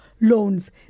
loans